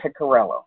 Piccarello